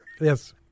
Yes